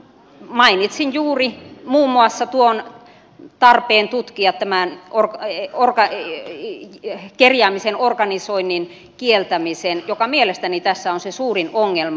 mainitsin juuri muun muassa tuon tarpeen tutkia tämän kerjäämisen organisoinnin kieltämisen joka mielestäni tässä on se suurin ongelma